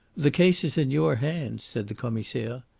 the case is in your hands, said the commissaire.